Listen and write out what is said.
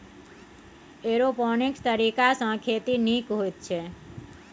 aeroponics तरीकासँ खेती नीक होइत छै